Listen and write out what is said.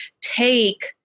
take